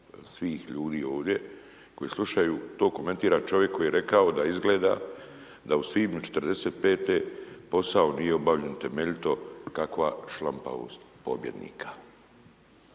svih ljudi ovdje koji slušaju, to komentira čovjek koji je rekao - da izgleda da u svibnju 45-te posao nije obavljen temeljito kakva šlampavost pobjednika.